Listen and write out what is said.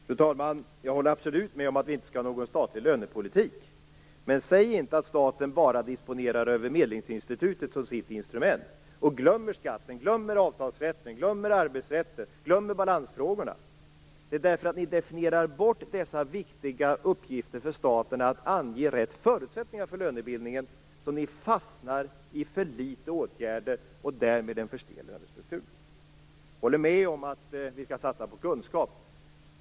Fru talman! Jag håller absolut med om att vi inte skall ha någon statlig lönepolitik. Men man kan inte säga att staten bara disponerar över medlingsinstitutet som sitt instrument och glömma skatten, avtalsrätten, arbetsrätten och balansfrågorna. Eftersom ni definierar bort dessa viktiga uppgifter för staten när det gäller att ange rätt förutsättningar för lönebildningen fastnar ni i för litet åtgärder och därmed i en för stel lönestruktur. Jag håller med om att vi skall satsa på kunskap.